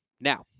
Now